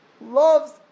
loves